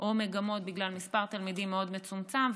או מגמות בגלל מספר תלמידים מאוד מצומצם,